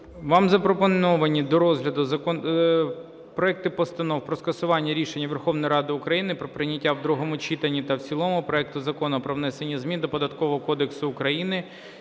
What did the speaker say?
Вам запропоновані до розгляду проекти постанов про скасування рішень Верховної Ради України про прийняття в другому читанні та в цілому проекту Закону "Про внесення змін до Податкового кодексу України